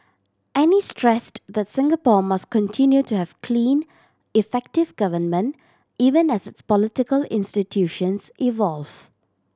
and he stressed that Singapore must continue to have clean effective government even as its political institutions evolve